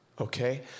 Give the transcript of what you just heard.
Okay